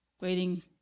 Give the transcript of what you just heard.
waiting